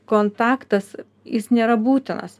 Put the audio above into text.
kontaktas jis nėra būtinas